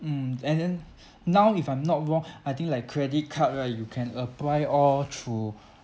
mm and then now if I'm not wrong I think like credit card right you can apply all through